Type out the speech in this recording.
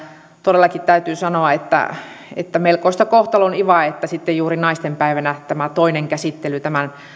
todellakin täytyy sanoa että että melkoista kohtalon ivaa että sitten juuri naistenpäivänä tämä toinen käsittely tämän